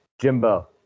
Jimbo